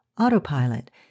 autopilot